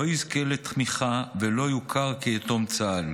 לא יזכה לתמיכה ולא יוכר כיתום צה"ל,